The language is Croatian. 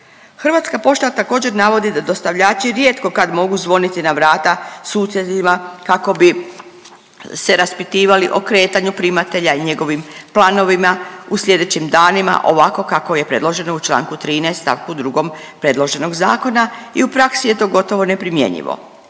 Hrvatska pošta također, navodi da dostavljači rijetko kad mogu zvoniti na vrata susjedima kako bi se raspitivali o kretanju primatelja i njegovim planovima u sljedećim danima ovako kako je predloženo u čl. 13 st. 2. predloženog zakona i u praksi je to gotovo neprimjenjivo.